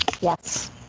Yes